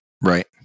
right